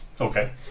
Okay